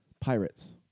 pirates